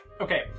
Okay